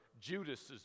Judas's